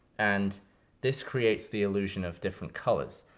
and this creates the illusion of different colors.